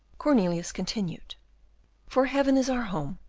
cornelius continued for heaven is our home,